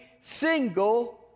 single